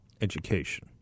education